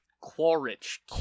Quaritch